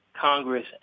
Congress